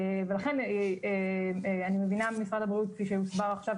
ולכן אני מבינה ממשרד הבריאות כפי שהוסבר עכשיו,